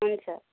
हुन्छ